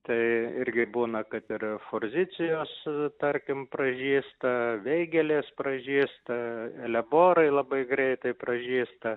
tai irgi būna kad ir forzicijos tarkim pražysta veigelės pražysta eleborai labai greitai pražysta